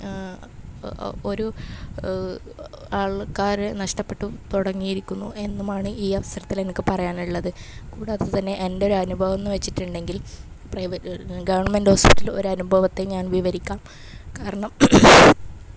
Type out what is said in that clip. ഒരു ആൾക്കാരെ നഷ്ടപ്പെട്ടു തുടങ്ങീരിക്കുന്നു എന്നുമാണ് ഈ അവസരത്തിലെനിക്ക് പറയാനുള്ളത് കൂടാതെ തന്നെ എൻറ്റൊരനുഭവം എന്ന് വെച്ചിട്ടുണ്ടെങ്കിൽ പ്രൈവറ്റ് ഗവണ്മെൻറ്റ് ഹോസ്പ്പിറ്റലിൽ ഒരനുഭവത്തെ ഞാൻ വിവരിക്കാം കാരണം